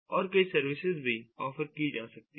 और कई सर्विसेज भी ऑफर की जा सकती है